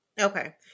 Okay